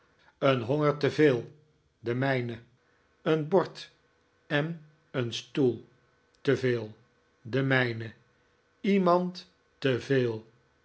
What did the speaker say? een honger te veel de mijne een bord en een stoel te veel de mijne iemand